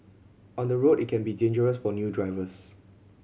on the road it can be dangerous for new drivers